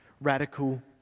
radical